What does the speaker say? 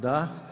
Da.